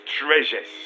treasures